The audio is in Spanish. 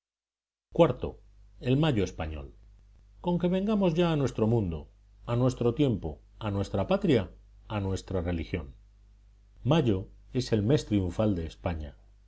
iv el mayo español conque vengamos ya a nuestro mundo a nuestro tiempo a nuestra patria a nuestra religión mayo es el mes triunfal de españa